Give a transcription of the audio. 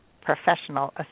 Professional